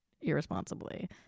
irresponsibly